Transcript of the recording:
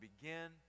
begin